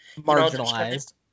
Marginalized